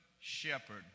Shepherd